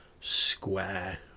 square